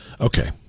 Okay